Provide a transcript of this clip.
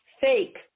fake